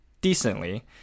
decently